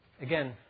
Again